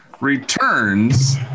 returns